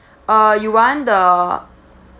uh you want the